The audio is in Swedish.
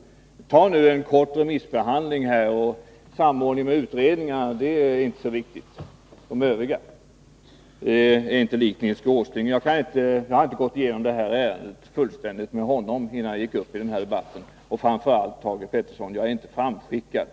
Det vore inte likt Nils Åsling att ta en kort remissbehandling och säga att samordning med utredningarna inte är så viktigt. Jag har inte gått igenom det här ärendet fullständigt med honom innan jag gick upp i den här debatten. Och framför allt, Thage Peterson, är jag inte framskickad!